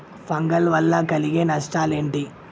Fungal వల్ల కలిగే నష్టలేంటి?